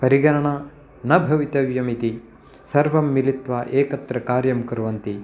परिगणना न भवितव्यमिति सर्वं मिलित्वा एकत्र कार्यं कुर्वन्ति